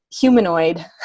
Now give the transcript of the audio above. humanoid